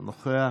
לא נוכח,